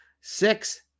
Six